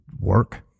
work